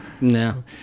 No